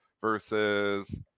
versus